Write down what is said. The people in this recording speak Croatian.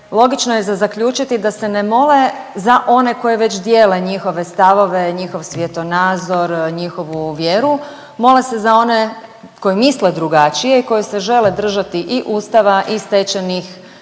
Logično je za zaključiti da se ne mole za one koje već dijele njihove stavove, njihov svjetonazor, njihovu vjeru. Mole se za one koji misle drugačije i koji se žele držati i Ustava i stečenih ljudskih